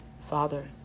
Father